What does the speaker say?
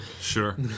sure